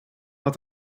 had